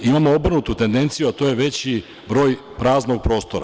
Imamo obrnutu tendenciju, a to je veći broj praznog prostora.